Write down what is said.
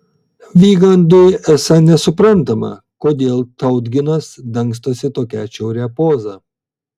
vygandui esą nesuprantama kodėl tautginas dangstosi tokia atšiauria poza